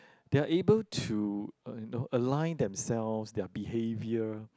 they are able to uh you know align themselves their behaviour